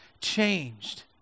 changed